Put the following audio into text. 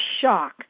shock